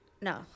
No